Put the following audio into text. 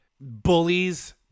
bullies